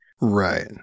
Right